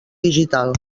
digital